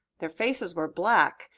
their faces were black,